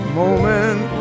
moment